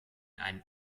einen